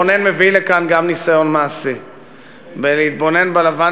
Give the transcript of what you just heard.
רונן מביא לכאן גם ניסיון מעשי בלהתבונן בלבן